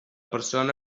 persona